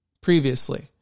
Previously